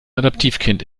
adoptivkind